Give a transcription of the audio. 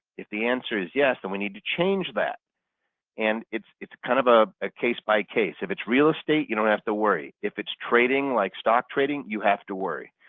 if the answer is yes then and we need to change that and it's it's kind of ah ah case-by-case. if it's real estate, you don't have to worry. if it's trading like stock trading, you have to worry.